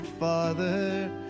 father